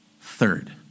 third